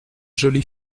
jolie